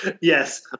yes